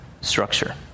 structure